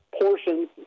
portions